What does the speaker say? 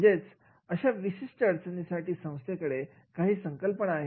म्हणजे अशा विशिष्ट समस्यासाठी संस्थेकडे काही संकल्पना आहेत का